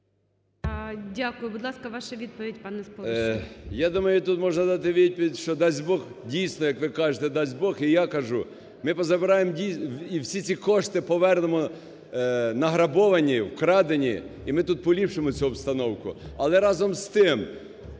Дякую. Будь ласка, ваша відповідь, пане Споришу.